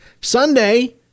Sunday